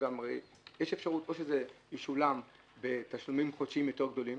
או שזה ישולם בתשלומים חודשיים יותר גדולים,